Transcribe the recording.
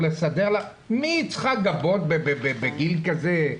מי צריכה גבות בגיל כזה,